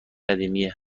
قدیمه